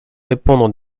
répondre